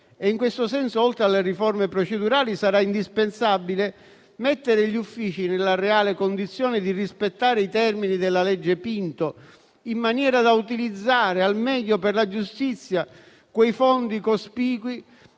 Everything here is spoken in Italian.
In questo senso, oltre alle riforme procedurali, sarà indispensabile mettere gli uffici nella reale condizione di rispettare i termini della legge Pinto, in maniera da utilizzare al meglio per la giustizia quei fondi cospicui